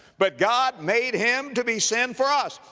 but god made him to be sin for us.